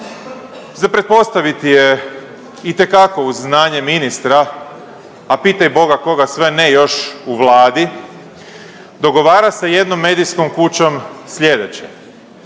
za pretpostaviti je itekako uz znanje ministra, a pitaj Boga koga sve ne još u Vladi, dogovara sa jednom medijskom kućom slijedeće.